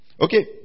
Okay